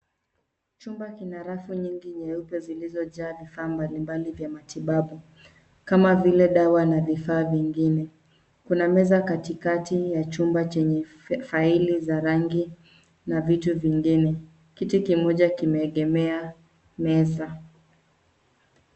Chumba kina rafu nyingi nyeupe zilizojaa vifaa mbalimbali vya matibabu kama vile dawa na vifaa vingine. Kuna meza katikati ya chumba chenye faili za rangi na vitu vingine. Kiti kimoja kimeegemea meza.